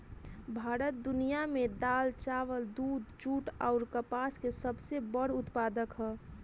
भारत दुनिया में दाल चावल दूध जूट आउर कपास के सबसे बड़ उत्पादक ह